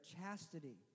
chastity